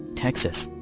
texas.